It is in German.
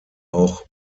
auch